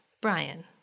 Brian